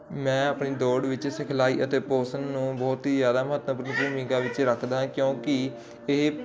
ਮੈਂ ਆਪਣੀ ਦੋੜ ਵਿੱਚ ਸਿਖਲਾਈ ਅਤੇ ਪੋਸ਼ਨ ਨੂੰ ਬਹੁਤ ਹੀ ਜਿਆਦਾ ਮਹੱਤਵਪੂਰਨ ਭੂਮਿਕਾ ਵਿੱਚ ਰੱਖਦਾ ਕਿਉਂਕਿ ਇਹ